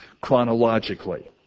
chronologically